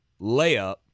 layup